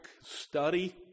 study